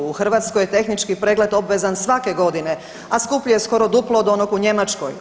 U Hrvatskoj je tehnički pregled obvezan svake godine, a skuplji je skoro duplo od onog u Njemačkoj.